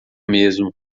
mesmo